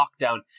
lockdown